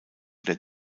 der